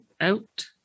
out